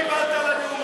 כמה קיבלת על הנאום הזה?